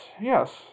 yes